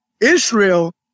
Israel